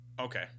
Okay